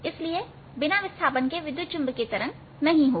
इसलिए बिना विस्थापन के विद्युत चुंबकीय तरंग नहीं होगी